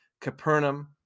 Capernaum